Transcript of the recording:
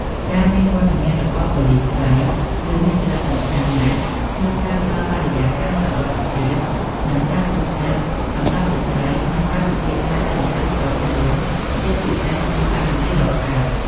ការមានវត្តមានរបស់ ប៉ូលិសស្រី គឺមានសារៈសំខាន់ណាស់ក្នុងការផ្តល់បរិយាកាសសុវត្ថិភាព និងការទុកចិត្តសម្រាប់ស្ត្រីក្នុងការពិភាក្សាបញ្ហាផ្ទាល់ខ្លួន ជាពិសេសក្នុងករណីរសើប។